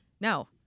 No